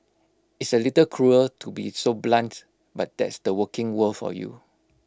it's A little cruel to be so blunt but that's the working world for you